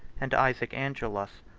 and isaac angelus,